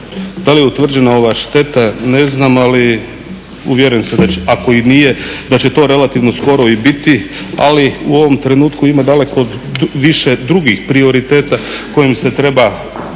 Da li je utvrđena ova šteta ne znam ali uvjeren sam ako i nije da će to relativno skoro i biti. Ali u ovom trenutku ima daleko više drugih prioriteta kojim se treba baviti